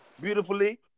Beautifully